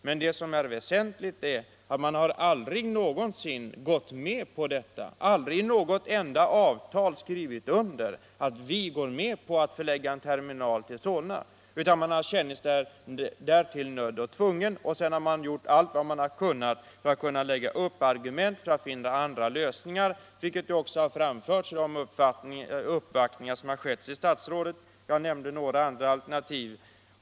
Men det som är väsentligt är att man aldrig i något enda avtal har gått med på att en terminal skall förläggas till Solna, utan man har känt sig nödd och tvungen att ta denna hänsyn i sin planering. Sedan har man gjort allt vad man kunnat för att hitta argument för andra lösningar, vilket också har framförts vid de uppvaktningar av statsrådet som har skett.